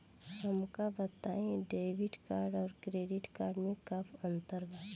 हमका बताई debit card और क्रेडिट कार्ड में का अंतर बा?